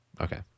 okay